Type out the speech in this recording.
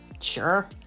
Sure